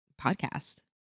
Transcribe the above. podcast